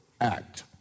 act